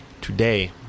today